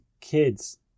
kids